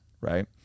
right